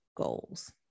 goals